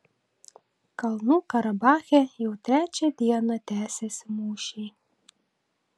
kalnų karabache jau trečią dieną tęsiasi mūšiai